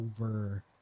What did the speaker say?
over